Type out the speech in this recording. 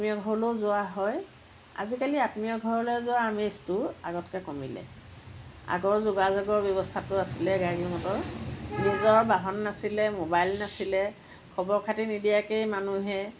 আত্মীয় ঘৰলৈও যোৱা হয় আজিকালি আত্মীয় ঘৰলৈ যোৱাৰ আমেজটো আগতকৈ কমিলে আগৰ যোগাযোগৰ ব্যৱস্থাটো আছিলে গাড়ী মটৰৰ নিজৰ বাহন নাছিলে মোবাইল নাছিলে খবৰ খাতি নিদিয়াকেই মানুহে